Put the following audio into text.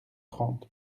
trente